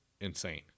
insane